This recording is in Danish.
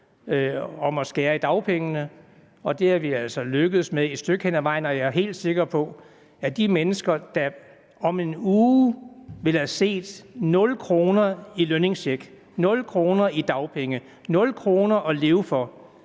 vi altså et stykke hen ad vejen lykkedes med, og jeg er helt sikker på, at de mennesker, som om en uge ville have set en lønningscheck på 0 kr., 0 kr. i dagpenge, 0 kr. at leve for,